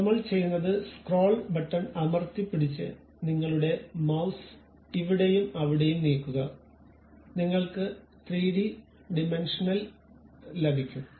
അതിനാൽ നമ്മൾ ചെയ്യുന്നത് സ്ക്രോൾ ബട്ടൺ അമർത്തിപ്പിടിച്ച് നിങ്ങളുടെ മൌസ് ഇവിടെയും അവിടെയും നീക്കുക നിങ്ങൾക്ക് 3ഡി ഡിമെൻഷനൽ ലഭിക്കും